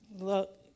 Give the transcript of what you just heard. look